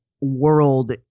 world